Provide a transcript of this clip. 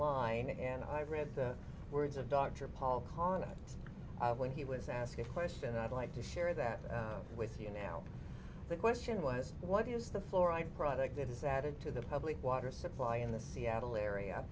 online and i read the words of dr paul connett when he was asked a question i'd like to share that with you now the question was what is the fluoride product that is added to the public water supply in the seattle area